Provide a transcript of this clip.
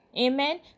amen